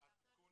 החלטנו